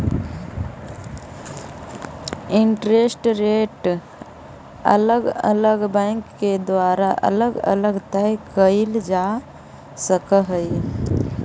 interest rate अलग अलग bank के द्वारा अलग अलग तय कईल जा सकऽ हई